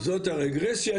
אותה בהמשך.